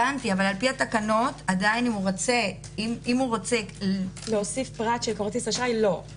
אם הוא רוצה להוסיף פרט של כרטיס אשראי לא.